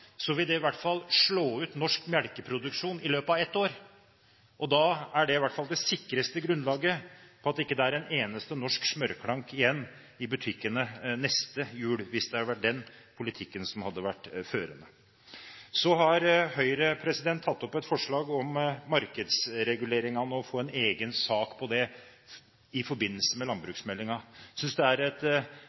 det i hvert fall slå ut norsk melkeproduksjon i løpet av ett år. Det er det sikreste grunnlaget for at det ikke er en eneste norsk smørklank igjen i butikkene neste jul, hvis det er den politikken som hadde vært ført. Så har Høyre tatt opp et forslag om markedsregulering, og ber om å få en egen sak om det i forbindelse med landbruksmeldingen. Jeg synes det er et